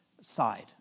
side